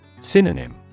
Synonym